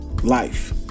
Life